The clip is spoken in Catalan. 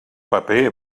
paper